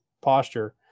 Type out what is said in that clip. posture